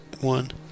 one